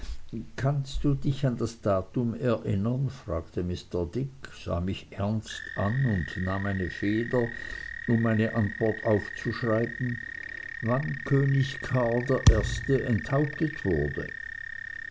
kannst du dich an das datum erinnern fragte mr dick sah mich ernst an und nahm eine feder um meine antwort aufzuschreiben wann könig karl i enthauptet wurde